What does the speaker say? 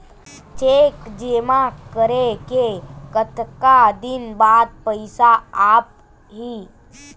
Cheque जेमा करे के कतका दिन बाद पइसा आप ही?